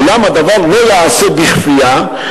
אולם הדבר לא ייעשה בכפייה,